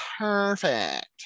perfect